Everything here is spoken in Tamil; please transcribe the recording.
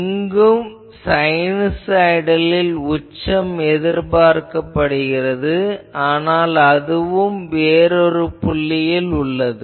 இங்கும் சைனுசாய்டலில் உச்சம் எதிர்பார்க்கப்படுகிறது ஆனால் அது வேறு புள்ளியில் உள்ளது